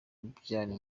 byari